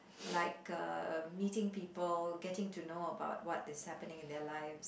like uh meeting people getting to know about what is happening in their lives